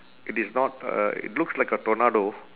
it is not a it looks like a tornado